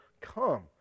come